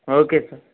okay sir